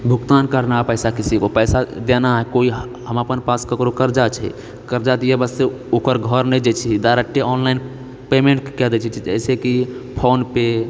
भुगतान करना है पैसा किसी को पैसा देना है कोइ हम अपन पास ककरो कर्जा छै कर्जा दिअऽ वास्ते ओकर घर नहि जाए छियै डायरेक्टे ऑनलाइन पेमेन्ट कए दए छियै जैसे कि फोन पे